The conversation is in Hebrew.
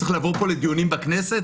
צריך לבוא לפה לדיונים בכנסת?